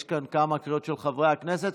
יש כאן כמה קריאות של חברי הכנסת.